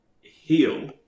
heal